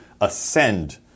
ascend